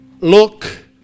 look